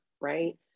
right